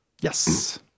Yes